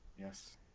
Yes